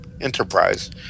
enterprise